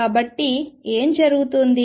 కాబట్టి ఏమి జరుగుతోంది